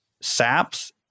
saps